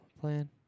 playing